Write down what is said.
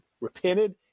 repented